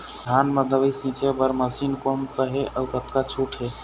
धान म दवई छींचे बर मशीन कोन सा हे अउ कतका छूट हे?